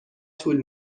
طول